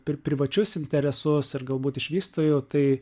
per privačius interesus ir galbūt iš vystytojų tai